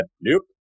nope